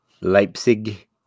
Leipzig